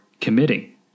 committing